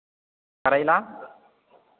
करैला